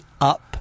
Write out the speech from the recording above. up